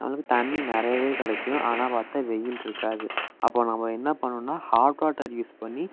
நம்மளுக்கு தண்ணி நிறையவே கிடைக்கும் ஆனால் பார்த்தா வெயில் இருக்காது அப்போது நாம்ம என்ன பண்ணுன்னால் ஹாட் வாட்டர் யூஸ் பண்ணி